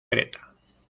creta